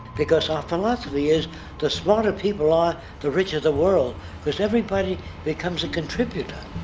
because our philosophy is to smarter people are the richer the world because everybody becomes a contributor.